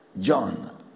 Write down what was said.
John